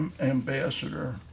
Ambassador